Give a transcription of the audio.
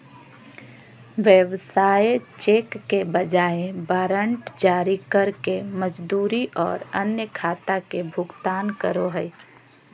व्यवसाय चेक के बजाय वारंट जारी करके मजदूरी और अन्य खाता के भुगतान करो हइ